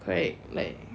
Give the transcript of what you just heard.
correct like